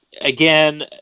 Again